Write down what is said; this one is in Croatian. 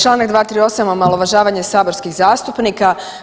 Čl. 238., omalovažavanje saborskih zastupnika.